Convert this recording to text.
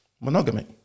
monogamy